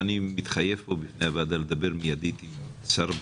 ואני מתחייב פה בפני הוועדה לדבר מייד עם שר הבריאות.